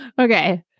Okay